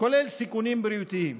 כולל סיכונים בריאותיים.